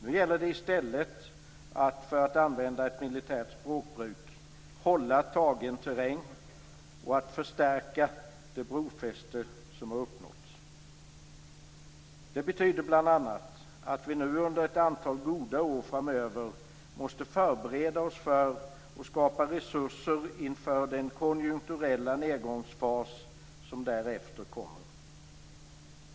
Nu gäller det i stället, för att använda ett militärt språkbruk, att hålla tagen terräng och att förstärka det brofäste som uppnåtts. Det betyder bl.a. att vi under ett antal goda år framöver måste förbereda oss för och skapa resurser inför den konjunkturella nedgångsfas som därefter kommer.